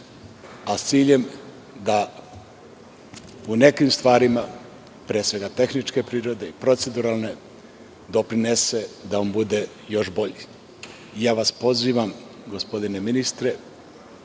i sa ciljem da u nekim stvarima, pre svega tehničke i proceduralne prirode, doprinesu da on bude još bolji. Ja vas pozivam, gospodine ministre,